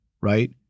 right